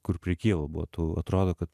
kur prie kijevo buvo tu atrodo kad